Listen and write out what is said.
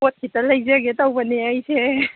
ꯄꯣꯠ ꯈꯤꯇ ꯂꯩꯖꯒꯦ ꯇꯧꯕꯅꯦ ꯑꯩꯁꯦ